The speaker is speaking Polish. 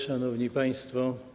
Szanowni Państwo!